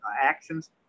actions